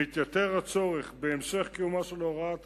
מתייתר הצורך בהמשך קיומה של הוראת השעה,